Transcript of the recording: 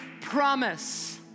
promise